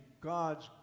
God's